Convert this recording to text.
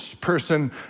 person